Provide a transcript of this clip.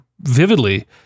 vividly